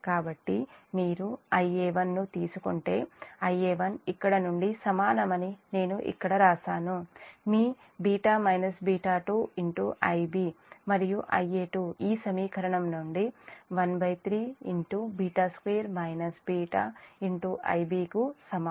కాబట్టి మీరు Ia1 here ను తీసుకుంటే Ia1 ఇక్కడ నుండి సమానమని నేను ఇక్కడ వ్రాశాను మీ β β2 Ib మరియు Ia2 ఈ సమీకరణం నుండి 13 β2 - β Ib సమానం